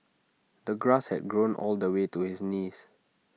the grass had grown all the way to his knees